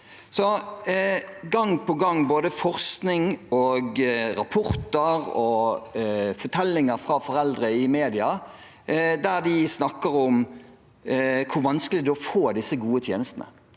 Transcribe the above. Gang på gang, i både forskning, rapporter og fortellinger fra foreldre i media, snakker de om hvor vanskelig det er å få disse gode tjenestene.